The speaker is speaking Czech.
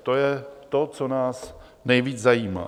To je to, co nás nejvíc zajímá.